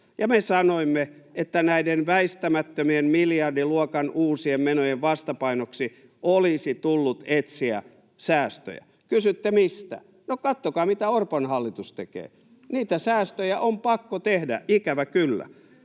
me sanoimme, että näiden väistämättömien miljardiluokan uusien menojen vastapainoksi olisi tullut etsiä säästöjä. Kysytte: mistä? No, katsokaa mitä Orpon hallitus tekee. Niitä säästöjä on pakko tehdä, ikävä kyllä.